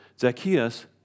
Zacchaeus